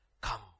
Come